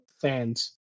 fans